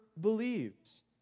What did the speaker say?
believes